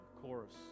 chorus